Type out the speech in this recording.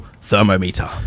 Thermometer